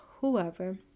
whoever